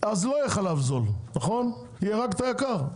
אז לא יהיה חלב זול, יהיה רק את היקר?